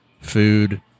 food